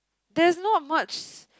there's not much